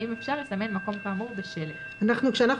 ואם אפשר יסמן מקום כאמור בשלט," כשאנחנו